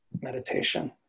meditation